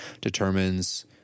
determines